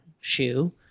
shoe